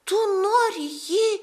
tu nori jį